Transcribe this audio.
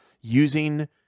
using